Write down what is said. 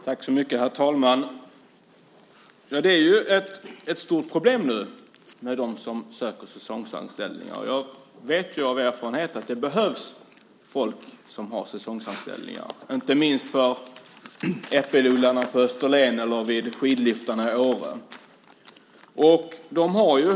Herr talman! Det är nu ett stort problem med dem som söker säsongsanställningar. Jag vet av erfarenhet att det behövs människor som har säsongsanställningar. Det gäller inte minst för äppelodlarna på Österlen eller vid skidliftarna i Åre.